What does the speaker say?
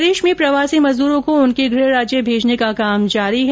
प्रदेश में प्रवासी मजदूरों को उनके गृह राज्य भेजने का काम जारी है